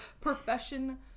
Profession